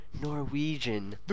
Norwegian